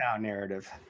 narrative